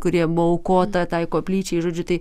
kuri buvo aukota tai koplyčiai žodžiu tai